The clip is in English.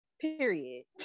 period